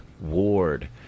Ward